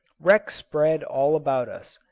wrecks spread all about us,